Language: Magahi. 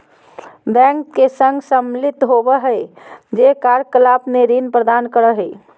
बैंक के संघ सम्मिलित होबो हइ जे कार्य कलाप में ऋण प्रदान करो हइ